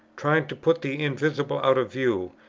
trying to put the invisible out of view,